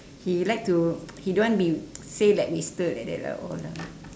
he like to he don't want be say like wasted like that lah all lah